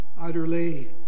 Utterly